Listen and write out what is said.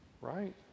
right